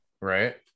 Right